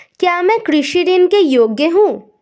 क्या मैं कृषि ऋण के योग्य हूँ?